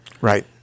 Right